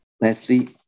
Leslie